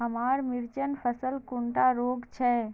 हमार मिर्चन फसल कुंडा रोग छै?